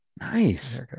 Nice